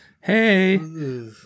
hey